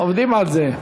עובדים על זה.